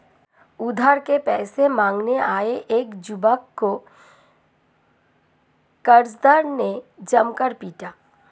उधार के पैसे मांगने आये एक युवक को कर्जदार ने जमकर पीटा